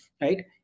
right